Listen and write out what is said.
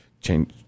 change